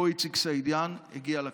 שבו איציק סעידיאן הגיע לקצה.